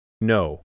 no